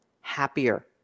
happier